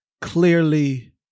clearly